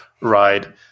ride